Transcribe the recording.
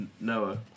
Noah